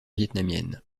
vietnamienne